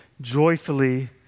joyfully